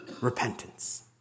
repentance